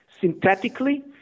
synthetically